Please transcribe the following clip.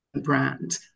Brand